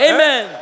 Amen